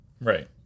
Right